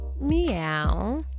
meow